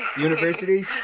University